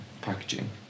packaging